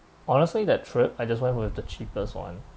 honestly that trip I just went with the cheapest one